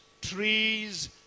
trees